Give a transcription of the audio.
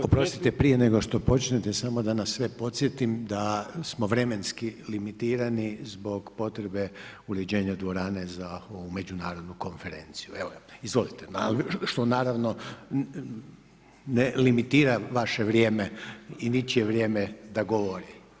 Oprostite, prije nego što počnete, samo da nas sve podsjetim da smo vremenski limitirani zbog potrebe uređenja dvorane za ovu međunarodnu konferenciju, evo, izvolite, što naravno ne limitira vaše vrijeme i ničije vrijeme da govori.